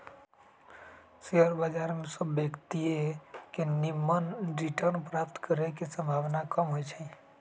share बजार में सभ व्यक्तिय के निम्मन रिटर्न प्राप्त करे के संभावना कम होइ छइ